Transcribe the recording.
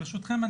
ברשותכם,